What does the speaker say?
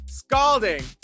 scalding